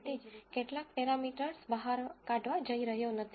તેમ છતાં હું સ્પષ્ટ રીતે કેટલાક પેરામીટર્સ બહાર કાઢવા જઇ રહ્યો નથી